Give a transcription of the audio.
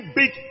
big